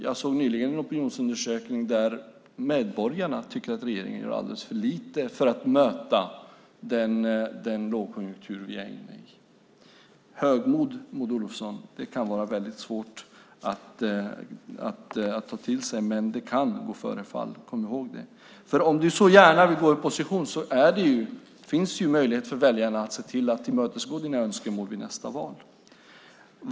Jag såg nyligen en opinionsundersökning som visar att medborgarna tycker att regeringen gör alldeles för lite för att möta den lågkonjunktur vi är inne i. Det kan vara väldigt svårt att ta till sig, Maud Olofsson, men högmod kan gå före fall. Kom ihåg det! Om du så gärna vill gå i opposition finns det ju möjlighet för väljarna att tillmötesgå ditt önskemål vid nästa val.